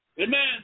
Amen